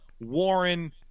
Warren